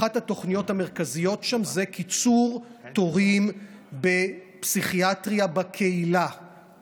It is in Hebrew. אחת התוכניות המרכזיות שם היא קיצור תורים בפסיכיאטריה בקהילה,